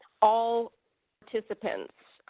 all participants.